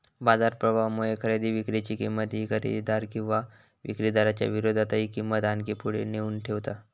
बाजार प्रभावामुळे खरेदी विक्री ची किंमत ही खरेदीदार किंवा विक्रीदाराच्या विरोधातही किंमत आणखी पुढे नेऊन ठेवता